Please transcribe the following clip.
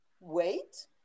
wait